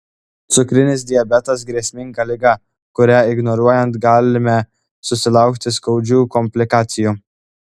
cukrinis diabetas grėsminga liga kurią ignoruojant galime susilaukti skaudžių komplikacijų